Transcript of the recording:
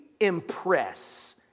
Impress